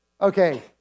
Okay